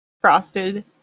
frosted